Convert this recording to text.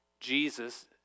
Jesus